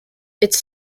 its